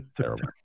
Terrible